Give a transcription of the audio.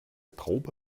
traube